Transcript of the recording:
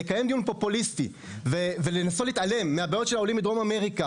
אנחנו בוחנים לעומק את הנתונים כדי לראות מה העלות של הדבר הזה.